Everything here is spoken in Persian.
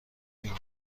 میگم